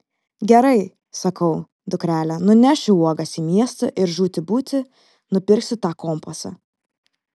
gerai sakau dukrele nunešiu uogas į miestą ir žūti būti nupirksiu tą kompasą